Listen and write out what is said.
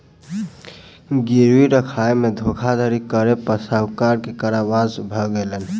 गिरवी राखय में धोखाधड़ी करै पर साहूकार के कारावास भ गेलैन